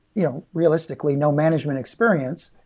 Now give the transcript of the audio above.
you know realistically, no management experience,